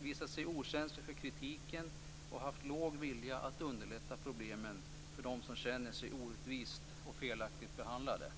visat sig okänslig för kritiken och haft låg vilja att underlätta att lösa problemen för dem som känner sig orättvist och felaktigt behandlade.